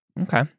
Okay